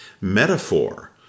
metaphor